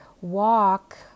walk